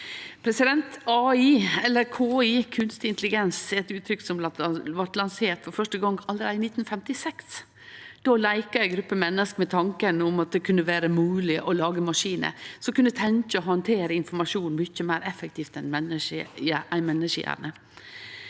hjerne. AI eller KI, kunstig intelligens, er eit uttrykk som blei lansert for første gong allereie i 1956. Då leika ei gruppe menneske med tanken om at det kunne vere mogleg å lage maskinar som kunne tenkje og handtere informasjon mykje meir effektivt enn ein menneskehjerne.